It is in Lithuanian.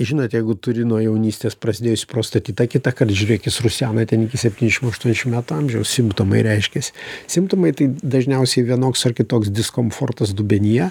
žinot jeigu turi nuo jaunystės prasidėjusį prostatitą kitąkart žiūrėk jis rusena ten iki septyniasdešim aštuoniasdešim metų amžiaus simptomai reiškiasi simptomai tai dažniausiai vienoks ar kitoks diskomfortas dubenyje